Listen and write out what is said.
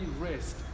rest